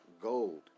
gold